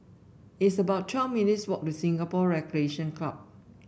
it's about twelve minutes' walk to Singapore Recreation Club